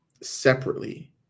separately